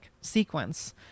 sequence